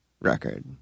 record